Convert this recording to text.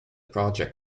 project